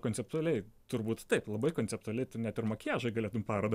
konceptualiai turbūt taip labai konceptualiai tu net ir makiažą galėtum paroda